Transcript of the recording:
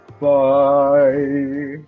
Bye